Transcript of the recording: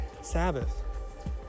Sabbath